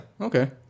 Okay